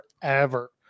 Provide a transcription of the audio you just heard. forever